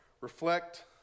reflect